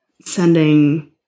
sending